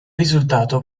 risultato